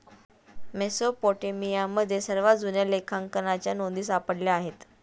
मेसोपोटेमियामध्ये सर्वात जुन्या लेखांकनाच्या नोंदी सापडल्या आहेत